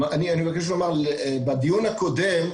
בדיון הקודם,